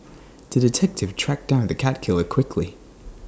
to the detective tracked down the cat killer quickly